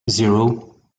zero